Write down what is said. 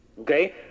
Okay